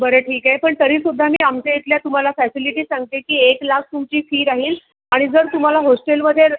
बरं ठीक आहे पण तरीसुद्धा मी आमच्या इथल्या तुम्हाला फॅसिलिटीज सांगते की एक लाख तुमची फी राहील आणि जर तुम्हाला होस्टेलमध्ये र